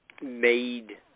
made